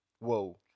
whoa